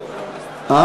איתן, הגיע השלום.